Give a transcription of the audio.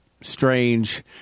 strange